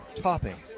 topping